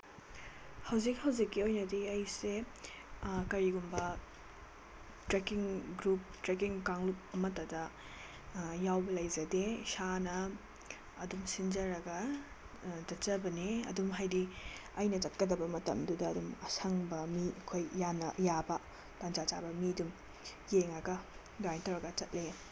ꯍꯧꯖꯤꯛ ꯍꯧꯖꯤꯛꯀꯤ ꯑꯣꯏꯅꯗꯤ ꯑꯩꯁꯦ ꯀꯔꯤꯒꯨꯝꯕ ꯇ꯭ꯔꯦꯛꯀꯤꯡ ꯒ꯭ꯔꯨꯞ ꯇ꯭ꯔꯦꯛꯀꯤꯡ ꯀꯥꯡꯂꯨꯞ ꯑꯃꯠꯇꯗ ꯌꯥꯎꯕ ꯂꯩꯖꯗꯦ ꯏꯁꯥꯅ ꯑꯗꯨꯝ ꯁꯤꯟꯖꯔꯒ ꯆꯠꯆꯕꯅꯦ ꯑꯗꯨꯝ ꯍꯥꯏꯗꯤ ꯑꯩꯅ ꯆꯠꯀꯗꯕ ꯃꯇꯝꯗꯨꯗ ꯑꯗꯨꯝ ꯑꯁꯪꯕ ꯃꯤ ꯑꯩꯈꯣꯏ ꯌꯥꯕ ꯇꯟꯖꯥ ꯆꯥꯕ ꯃꯤꯗꯨ ꯌꯦꯡꯉꯒ ꯑꯗꯨꯃꯥꯏ ꯇꯧꯔꯒ ꯆꯠꯂꯦ